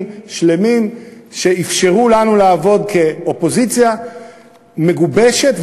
שלמים שאפשרו לנו לעבוד כאופוזיציה מגובשת,